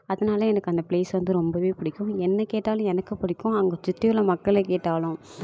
அதனால எனக்கு அந்த பிளேஸ் வந்து ரொம்பவே பிடிக்கும் என்னை கேட்டாலும் எனக்கு பிடிக்கும் அங்கே சுற்றியுள்ள மக்களை கேட்டாலும்